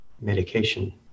medication